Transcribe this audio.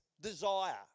desire